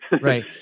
Right